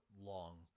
long